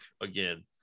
again